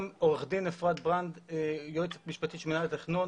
עו"ד אפרת ברנד שהיא היועמ"ש של מינהל התכנון,